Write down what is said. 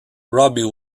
robbie